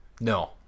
No